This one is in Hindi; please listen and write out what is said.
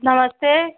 नमस्ते